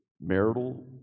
marital